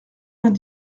vingt